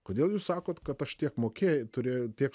kodėl jūs sakot kad aš tiek mokė turėj tiek